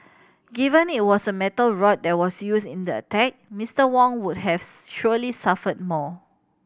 given it was a metal rod that was used in the attack Mister Wang would have surely suffered more